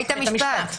בית המשפט.